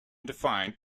defined